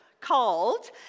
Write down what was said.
called